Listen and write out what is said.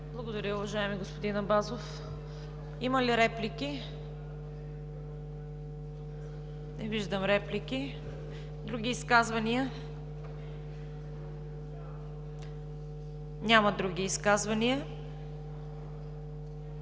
Благодаря, уважаеми господин Абазов. Има ли реплики? Не виждам реплики. Други изказвания? Няма други изказвания.